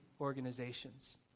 organizations